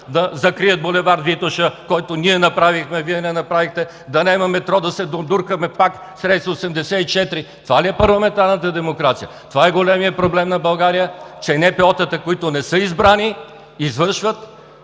да закрият булевард „Витоша“, който ние направихме, а Вие не направихте! Да няма метро – да се дундуркаме пак с рейс 84! Това ли е парламентарната демокрация?! Това е големият проблем на България, че НПО-тата, които не са избрани, извършват